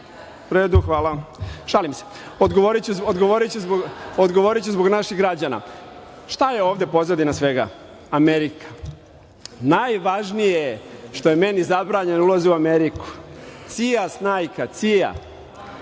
redu. Hvala. Šalim se. Odgovoriću zbog naših građana. Šta je ovde pozadina svega? Amerika. Najvažnije je što je meni zabranjen ulazak u Ameriku, CIA zabranila.